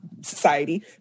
society